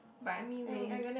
but anyway